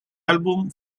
álbum